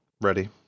Ready